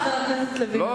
חבר הכנסת לוין,